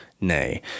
nay